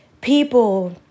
people